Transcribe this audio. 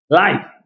life